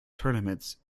tournaments